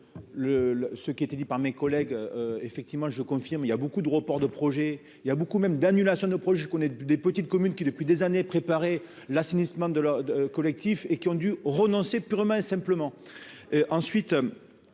ce qui a été dit par mes collègues, effectivement, je confirme, il y a beaucoup de reports de projets, il y a beaucoup, même d'annulation de proches, je connais des petites communes qui, depuis des années, préparer l'assainissement de leur collectif et qui ont dû renoncer purement et simplement